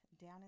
down